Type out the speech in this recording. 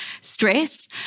stress